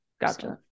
Gotcha